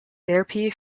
therapy